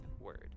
word